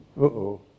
Uh-oh